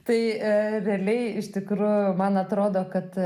tai realiai iš tikro man atrodo kad